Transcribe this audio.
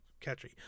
catchy